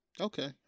Okay